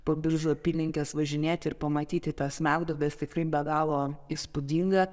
po biržų apylinkes važinėti ir pamatyti tas smegduobes tikrai be galo įspūdinga